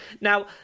Now